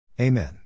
Amen